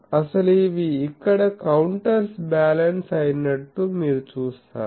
అసలు అవి ఇక్కడ కౌంటర్ బ్యాలెన్స్ అయినట్లు మీరు చూస్తారు